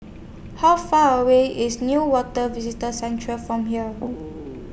How Far away IS Newater Visitor Centre from here